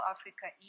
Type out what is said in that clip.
Africa